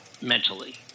Mentally